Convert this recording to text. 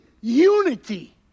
unity